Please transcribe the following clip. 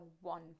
one